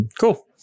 Cool